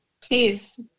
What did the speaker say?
please